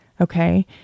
Okay